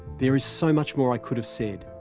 there is so much more i could have said.